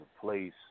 place